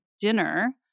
dinner